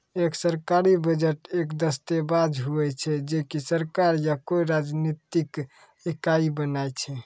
एक सरकारी बजट एक दस्ताबेज हुवै छै जे की सरकार या कोय राजनितिक इकाई बनाय छै